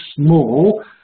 small